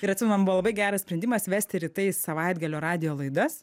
ir atsimenu buvo labai geras sprendimas vesti rytais savaitgalio radijo laidas